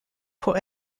pour